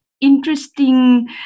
interesting